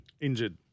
Injured